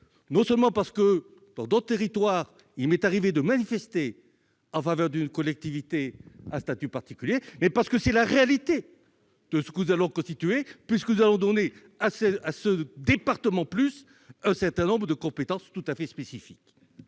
qu'il m'est arrivé, dans d'autres territoires, de manifester en faveur d'une collectivité à statut particulier. De surcroît, c'est la réalité de ce que nous allons constituer, puisque nous allons donner à ce « département +» un certain nombre de compétences tout à fait spécifiques.